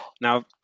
Now